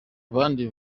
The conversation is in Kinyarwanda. bandi